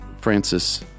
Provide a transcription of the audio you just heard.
Francis